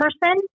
person